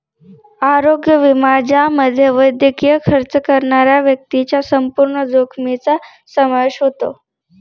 आरोग्य विमा ज्यामध्ये वैद्यकीय खर्च करणाऱ्या व्यक्तीच्या संपूर्ण जोखमीचा समावेश होतो